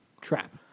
Trap